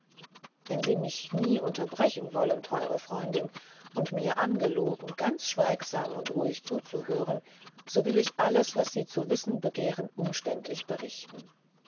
wenn sie mich nie unterbrechen wollen teure freundin und mir angeloben ganz schweigsam und ruhig zuzuhören so will ich alles was sie zu wissen begehren umständlich berichten